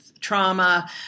Trauma